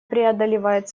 преодолевает